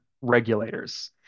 regulators